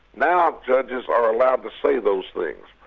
now judges are allowed to say those things.